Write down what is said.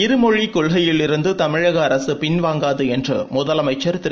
இருமொழிக் கொள்கையிலிருந்து தமிழக அரசு பின்வாங்காது என்று முதலமைச்சர் திரு